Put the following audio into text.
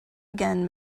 again